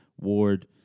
Ward